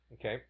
Okay